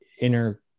inner